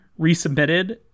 resubmitted